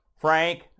Frank